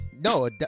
No